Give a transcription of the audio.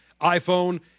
iPhone